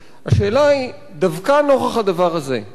השאלה היא, דווקא נוכח הדבר הזה: האם